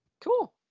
Cool